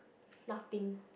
nothing